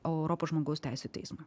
europos žmogaus teisių teismui